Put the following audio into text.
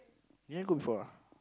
you never go before ah